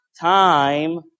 time